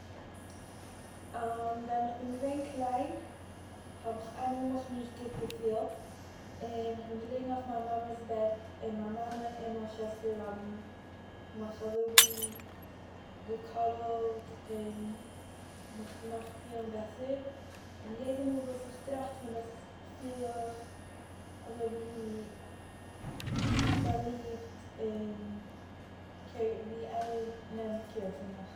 ווען איך בין געווען קליין האב איך זיך איינמאל זיך נישט גוט געפילט און איך בין געלעגן אויף מיין מאמע'ס בעט, און מיין מאמע און מיין שוועסטער האבן מיך אזויווי גע-קאדלט און, מיך געמאכט פילן בעסער און יעדע מאל וואס איך טראכט פון דאס פיל איך אזויווי; באליבט, און קעיר- ווי יענער נעמט קעיר פון מיך